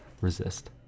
resist